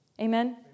Amen